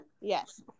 yes